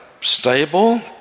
stable